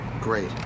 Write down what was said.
Great